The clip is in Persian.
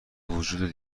وجود